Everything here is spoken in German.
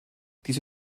diese